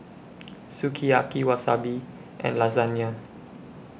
Sukiyaki Wasabi and Lasagna